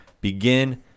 begin